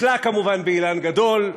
נתלה כמובן באילן גדול: